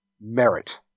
merit